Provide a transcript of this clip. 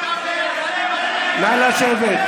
בעד רון כץ,